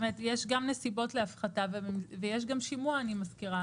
יש גם נסיבות להפחתה ויש אני מזכירה,